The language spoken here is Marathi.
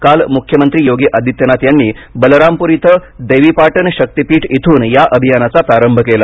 काल मुख्यमंत्री योगी आदित्यनाथ यांनी बलरामप्र इथं देवीपाटन शक्ती पीठ इथून या अभियानाचा प्रारंभ केला